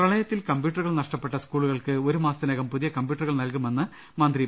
പ്രളയത്തിൽ കമ്പ്യൂട്ടറുകൾ നഷ്ടപ്പെട്ട സ്കൂളുകൾക്ക് ഒരു മാസത്തിനകം പുതിയ കമ്പ്യൂട്ടറുകൾ നൽകുമെന്ന് മന്ത്രി പ്രൊഫ